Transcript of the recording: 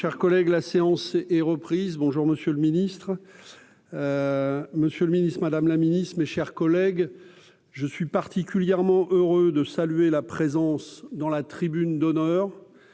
Chers collègues, la séance est reprise bonjour monsieur le Ministre, monsieur le Ministre, Madame la Ministre, mes chers collègues, je suis particulièrement heureux de saluer la présence dans la tribune d'honneur